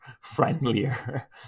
friendlier